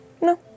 No